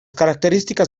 características